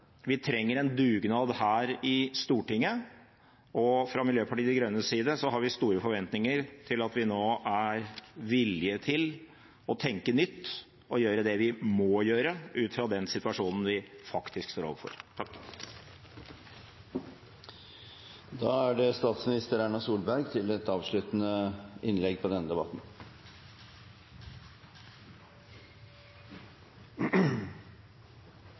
Vi trenger en dugnad her i Stortinget og fra Miljøpartiet De Grønnes side har vi store forventninger til at vi nå er villige til å tenke nytt og gjøre det vi må gjøre ut fra den situasjonen vi faktisk står overfor.